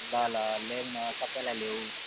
ल ल ल्याउन सबैलाई ल्याऊ